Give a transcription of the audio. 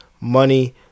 money